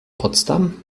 potsdam